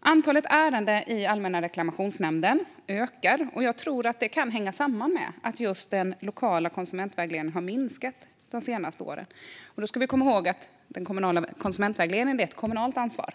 Antalet ärenden i Allmänna reklamationsnämnden ökar. Jag tror att det kan hänga samman med att den lokala konsumentvägledningen har minskat de senaste åren. Vi ska komma ihåg att den kommunala konsumentvägledningen är ett kommunalt ansvar.